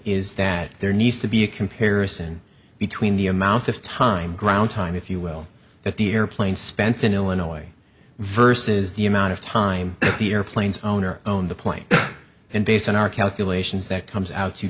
is that there needs to be a comparison between the amount of time ground time if you will that the airplane spent in illinois versus the amount of time the airplanes own or own the plane and based on our calculations that comes out to